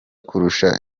kurusha